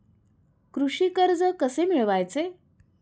कृषी कर्ज कसे मिळवायचे?